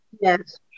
Yes